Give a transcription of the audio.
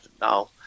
now